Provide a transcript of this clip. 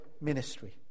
ministry